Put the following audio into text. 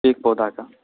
ایک پودا کا